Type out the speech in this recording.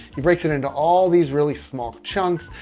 he breaks it into all these really small chunks,